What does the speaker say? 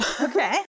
Okay